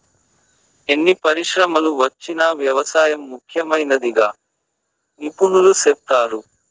ఎన్ని పరిశ్రమలు వచ్చినా వ్యవసాయం ముఖ్యమైనదిగా నిపుణులు సెప్తారు